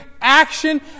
action